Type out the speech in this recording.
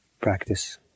practice